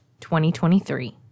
2023